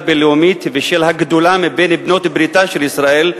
הבין-לאומית ושל הגדולה מבין בעלות בריתה של ישראל,